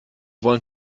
wollen